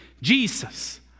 jesus